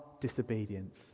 disobedience